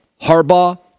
Harbaugh